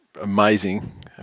amazing